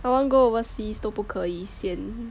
I want to go overseas 都不可以 sian